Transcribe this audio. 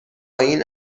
این